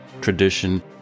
tradition